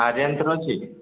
ଆରିହାନ୍ତର ଅଛି